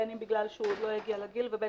בין אם בגלל שהוא עוד לא הגיע לגיל ובין